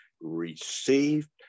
received